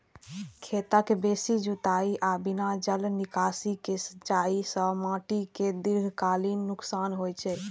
खेतक बेसी जुताइ आ बिना जल निकासी के सिंचाइ सं माटि कें दीर्घकालीन नुकसान होइ छै